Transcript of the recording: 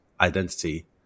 identity